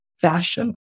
fashion